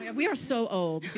and we are so